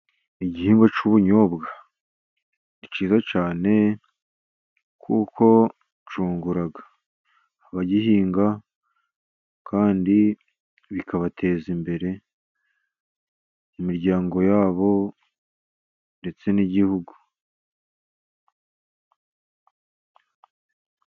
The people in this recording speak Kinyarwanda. Igihingwa cy'ubunyobwa ni cyiza cyane, kuko cyungura abagihinga, kandi bikabateza imbere mu miryango yabo ndetse n'igihugu.